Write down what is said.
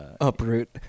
uproot